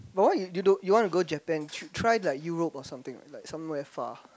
but why you you don't you want to go Japan trip try like Europe or something like like somewhere far